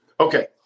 Okay